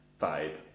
vibe